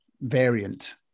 variant